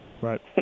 right